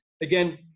again